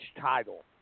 title